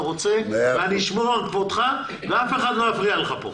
רוצה ואני אשמור על כבודך ואף אחד לא יפריע לך כאן.